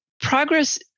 progress